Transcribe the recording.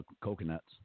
coconuts